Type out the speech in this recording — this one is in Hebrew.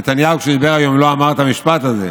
נתניהו כשדיבר היום לא אמר את המשפט הזה,